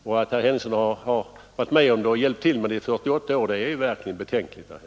Och det förhållandet att herr Henningsson har hjälpt till med kollektivanslutning i 48 år är verkligen betänkligt!